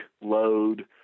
load